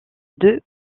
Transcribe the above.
deux